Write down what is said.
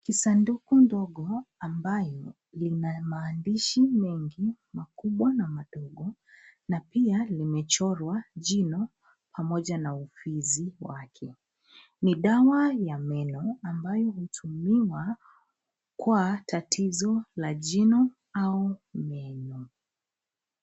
Ni Sanduku ndogo ambayo ina maandishi mengi makubwa na madogo na pia limechorwa jino pamoja na ufizi wake. Ni dawa ya meno ambayo hutumiwa kwa tatizo la jino au meno.